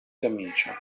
camicia